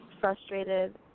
frustrated